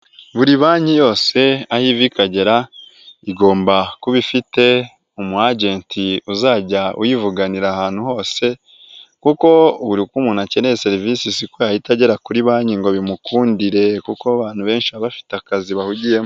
Buri banki yose aho iva ikagera igomba kuba ifite umu ajenti uzajya uyivuganira ahantu hose kuko buri uko umuntu akeneye serivisi si ko yahita agera kuri banki ngo bimukundire kuko abantu benshi baba bafite akazi bahugiyemo.